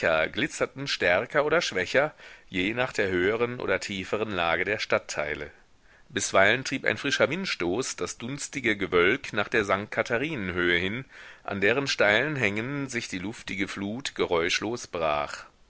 glitzerten stärker oder schwächer je nach der höheren oder tieferen lage der stadtteile bisweilen trieb ein frischer windstoß das dunstige gewölk nach der sankt katharinen höhe hin an deren steilen hängen sich die luftige flut geräuschlos brach